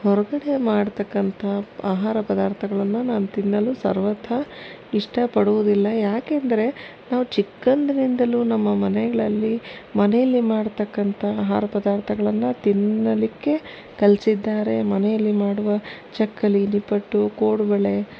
ಹೊರಗಡೆ ಮಾಡ್ತಕ್ಕಂಥ ಆಹಾರ ಪದಾರ್ಥಗಳನ್ನ ನಾನು ತಿನ್ನಲು ಸರ್ವಥ ಇಷ್ಟ ಪಡುವುದಿಲ್ಲ ಯಾಕೆಂದರೆ ನಾವು ಚಿಕ್ಕಂದಿನಿಂದಲು ನಮ್ಮ ಮನೆಗಳಲ್ಲಿ ಮನೆಯಲ್ಲಿ ಮಾಡ್ತಕ್ಕಂತಹ ಆಹಾರ ಪದಾರ್ಥಗಳನ್ನ ತಿನ್ನಲಿಕ್ಕೆ ಕಲಿಸಿದ್ದಾರೆ ಮನೆಯಲ್ಲಿ ಮಾಡುವ ಚಕ್ಕಲಿ ನಿಪ್ಪಟ್ಟು ಕೋಡುಬಳೆ